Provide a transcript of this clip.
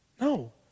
No